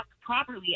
properly